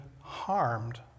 harmed